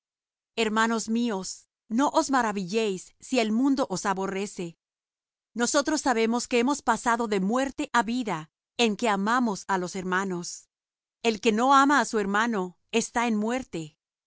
hermanos míos no os maravilléis si el mundo os aborrece nosotros sabemos que hemos pasado de muerte á vida en que amamos á los hermanos el que no ama á su hermano está en muerte